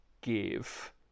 give